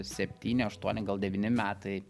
septyni aštuoni gal devyni metai